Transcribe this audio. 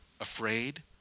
afraid